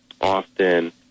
often